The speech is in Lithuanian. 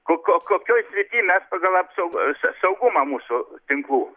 ko ko kokioj srityj mes pagal apsaug sa saugumą mūsų tinklų